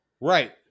Right